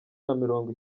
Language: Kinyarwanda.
namirongo